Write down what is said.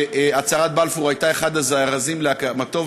שהצהרת בלפור הייתה אחד הזרזים להקמתו,